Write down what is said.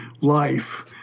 life